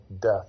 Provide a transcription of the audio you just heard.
death